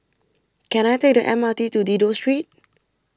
Can I Take The M R T to Dido Street